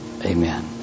Amen